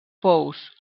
pous